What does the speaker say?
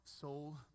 soul